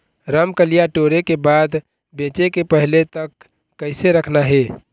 रमकलिया टोरे के बाद बेंचे के पहले तक कइसे रखना हे?